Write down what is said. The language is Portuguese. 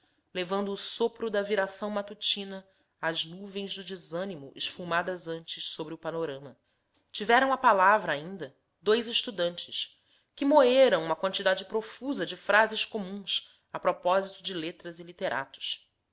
levando o sopro da viração matutina as nuvens do desanimo esfumadas antes sobre o panorama tiveram a palavra ainda dois estudantes que moeram uma quantidade profusa de frases comuns a propósito de letras e literatos